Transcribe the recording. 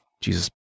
Jesus